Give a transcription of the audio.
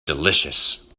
delicious